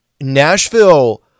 Nashville